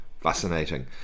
Fascinating